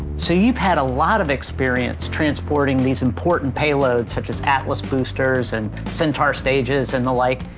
so you've had a lot of experience transporting these important payloads such as atlas boosters and centaur stages and the like.